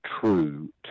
true